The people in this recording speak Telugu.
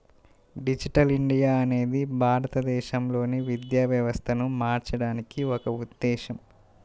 డిజిటల్ ఇండియా అనేది భారతదేశంలోని విద్యా వ్యవస్థను మార్చడానికి ఒక ఉద్ధేశం